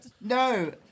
No